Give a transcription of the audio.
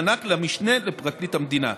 תוענק למשנה לפרקליט המדינה.